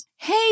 Hey